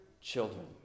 children